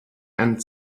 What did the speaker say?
end